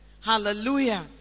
Hallelujah